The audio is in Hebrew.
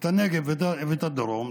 את הנגב ואת הדרום,